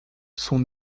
sont